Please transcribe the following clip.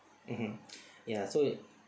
mmhmm ya so